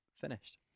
finished